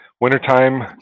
wintertime